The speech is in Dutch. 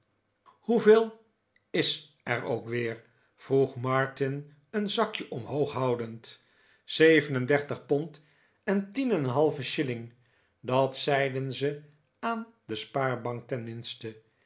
hoeveel is er ook weer vroeg martin een zakje bmhoog houdend zeven en dertig pond en tien en een halve shilling dat zeiden ze aan de spaarbank tenminste